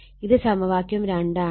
ഇത് സമവാക്യം ആണ്